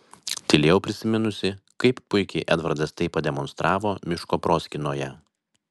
tylėjau prisiminusi kaip puikiai edvardas tai pademonstravo miško proskynoje